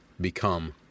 become